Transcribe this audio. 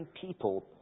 people